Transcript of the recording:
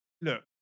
Look